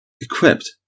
equipped